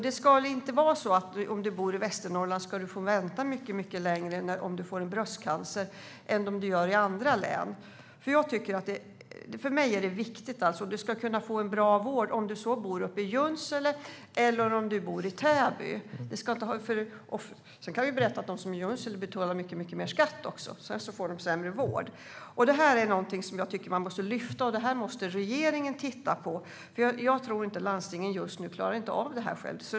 Det ska inte vara så att om man bor i Västernorrland får man vänta mycket längre på vård om man får bröstcancer än man får göra i andra län. För mig är det viktigt att man ska kunna få en bra vård om man så bor uppe i Junsele eller om man bor i Täby. Sedan kan vi ju berätta att de som bor i Junsele också betalar mycket mer i skatt - och så får de sämre vård. Detta är någonting som jag tycker att man måste lyfta. Regeringen måste titta på det, för jag tror inte att landstingen just nu klarar av detta själva.